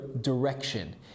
direction